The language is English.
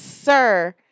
Sir